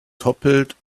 toppled